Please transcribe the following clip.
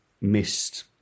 missed